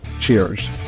Cheers